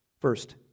First